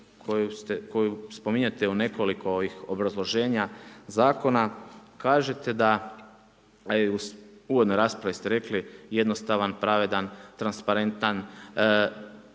koju spominjete u nekoliko ovih obrazloženja Zakona kažete da, a i u uvodnoj raspravi ste rekli, jednostavan, pravedan, transparentan,